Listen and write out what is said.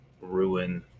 ruin